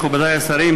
מכובדי השרים,